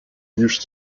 used